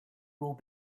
will